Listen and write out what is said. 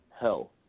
hell